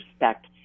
Respect